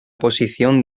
posición